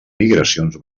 migracions